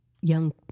young